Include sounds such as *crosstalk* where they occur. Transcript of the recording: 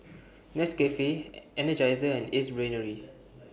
Nescafe *hesitation* Energizer and Ace Brainery